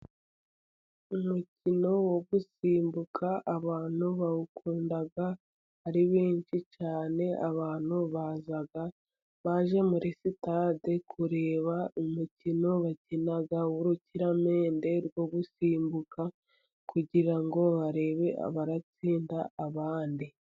Umukino wo gusimbuka abantu bawukunda ari benshi cyane, abantu baza muri sitade kureba umukino bakina w'urukiramende wo gusimbuka, kugirango ngo barebe abatsinda abandi.